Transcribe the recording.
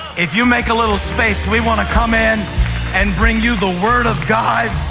if you make a little space, we want to come in and bring you the word of god.